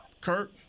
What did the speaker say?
Kurt